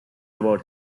about